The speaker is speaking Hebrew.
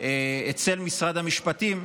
אצל משרד המשפטים,